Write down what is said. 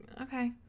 okay